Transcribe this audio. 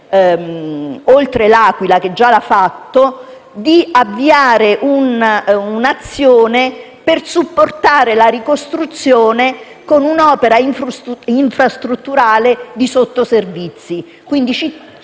dell'Aquila, che già lo ha fatto - di avviare un'azione per supportare la ricostruzione, con un'opera infrastrutturale di sottoservizi. Si